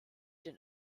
den